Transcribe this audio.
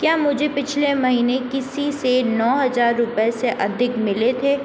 क्या मुझे पिछले महीने किसी से नौ हज़ार रुपये से अधिक मिले थे